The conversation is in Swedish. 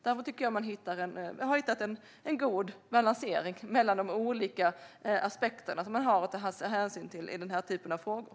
Därför tycker jag att man har hittat en god balans mellan de olika aspekter som man har att ta hänsyn till i denna typ av frågor.